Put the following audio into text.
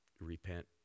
repent